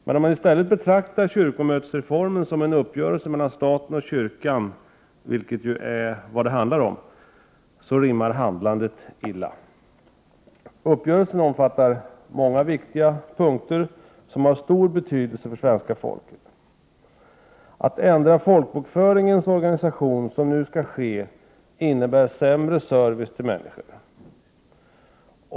Men om man i stället betraktar kyrkomötesreformen som en uppgörelse mellan staten och kyrkan — vilket ju är vad det handlar om — rimmar handlandet illa. Uppgörelsen omfattar många viktiga punkter som har stor betydelse för svenska folket. Att ändra på folkbokföringens organisation, som man nu skall göra, innebär att det blir sämre service till människor.